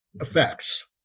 effects